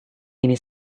ini